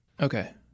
Okay